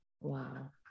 Wow